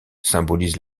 symbolise